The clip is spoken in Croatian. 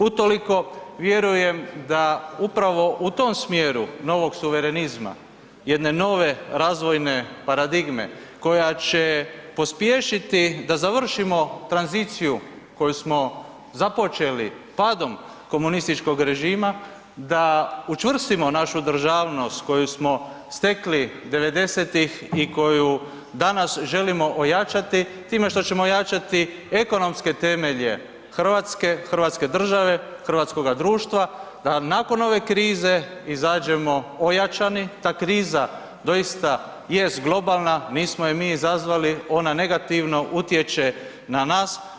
Utoliko vjerujem da upravo u tom smjeru novog suverenizma, jedne nove razvojne paradigme koja će pospješiti da završimo tranziciju koju smo započeli padom komunističkog režima da učvrstimo našu državnost koju smo stekli '90.-tih i koju danas želimo ojačati time što ćemo ojačati ekonomske temelje RH, hrvatske države, hrvatskoga društva da nakon ove krize izađemo ojačani, ta kriza doista jest globalna, nismo je mi izazvali, ona negativno utječe na nas.